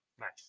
Nice